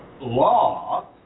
law